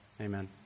Amen